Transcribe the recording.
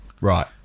Right